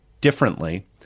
differently